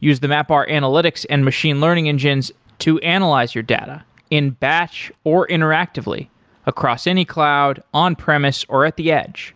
use the mapr analytics and machine learning engines to analyze your data in batch, or interactively across any cloud, on premise, or at the edge